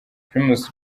primus